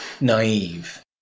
naive